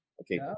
Okay